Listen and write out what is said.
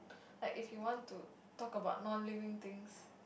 like if you want to talk about non living things